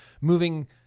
moving